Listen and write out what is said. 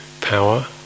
power